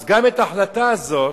אז גם את ההחלטה הזאת